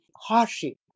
hardship